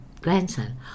grandson